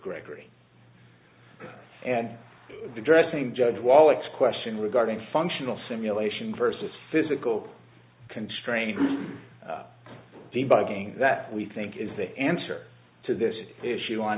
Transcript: gregory and addressing judge wallach's question regarding functional simulation versus physical constraints debugging that we think is the answer to this issue on